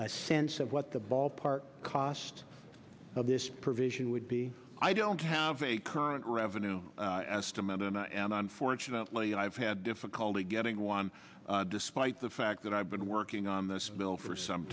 a sense of what the ballpark cost of this provision would be i don't have a current revenue estimate in and unfortunately i've had difficulty getting one despite the fact that i've been working on this bill for some